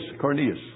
Cornelius